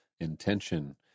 intention